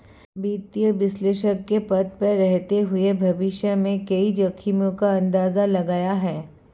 वित्तीय विश्लेषक के पद पर रहते हुए भविष्य में कई जोखिमो का अंदाज़ा लगाया है